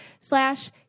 slash